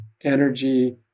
energy